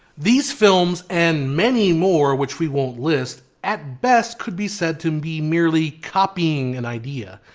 these films, and many more which we won't list, at best could be said to be merely copying an idea.